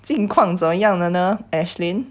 近况怎么样了呢 ashlyn